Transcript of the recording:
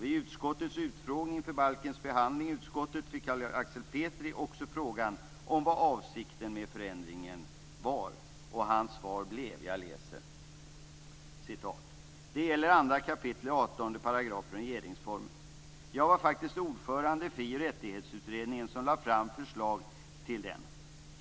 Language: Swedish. Vid utskottets utfrågning för balkens behandling i utskottet fick Carl Axel Petri frågan om vad avsikten med förändringen var. Hans svar blev: "Det gäller 2 kap. 18 § regeringsformen. Jag var faktiskt ordförande i Fri och rättighetsutredningen som lade fram förslag till den.